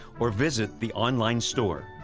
or visit the online store.